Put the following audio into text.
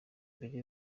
mbere